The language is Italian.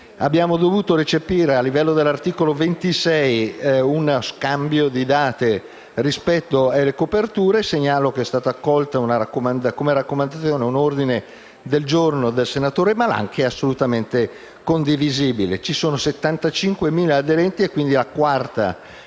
Abbiamo dovuto recepire nell'articolo 26 uno scambio di date rispetto alle coperture. Segnalo che è stato accolto come raccomandazione un ordine del giorno del senatore Malan, che è assolutamente condivisibile. In Italia sono 75.000 gli aderenti a questa